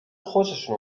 خوششون